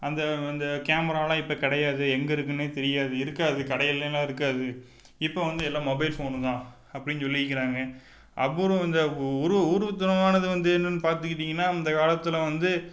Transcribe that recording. அந்த அந்த கேமராலெலாம் இப்போ கிடையாது எங்கே இருக்குதுன்னே தெரியாது இருக்காது கடையிலெலாம் இருக்காது இப்போது வந்து எல்லா மொபைல் ஃபோனு தான் அப்படின்னு சொல்லி இருக்கிறாங்க அப்புறம் இந்த உருவத்தமானது வந்து என்னென்னு பார்த்துக்கிட்டீங்கன்னா அந்த காலத்தில் வந்து